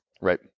right